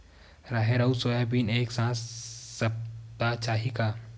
राहेर अउ सोयाबीन एक साथ सप्ता चाही का?